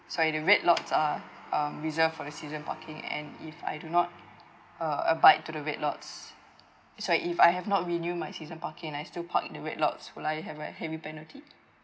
sorry the red lot are um reserved for the season parking and if I do not uh abide to the red lots eh sorry if I have not renew my season parking I still park in a red lots will I have a heavy penalty